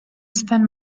spend